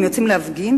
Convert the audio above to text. הם יוצאים להפגין,